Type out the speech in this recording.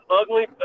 ugly